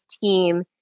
team